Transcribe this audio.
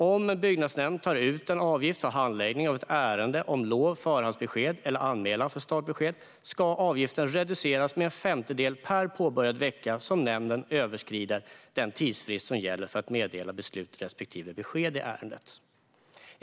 Om en byggnadsnämnd tar ut en avgift för handläggning av ett ärende om lov, förhandsbesked eller anmälan för startbesked ska avgiften reduceras med en femtedel per påbörjad vecka som nämnden överskrider den tidsfrist som gäller för att meddela beslut respektive besked i ärendet.